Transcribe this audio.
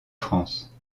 france